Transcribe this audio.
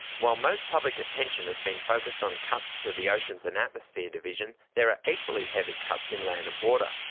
while most public attention has been focussed on cuts to the oceans and atmosphere division, there are equally heavy cuts in land and water,